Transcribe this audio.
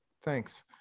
Thanks